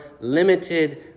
limited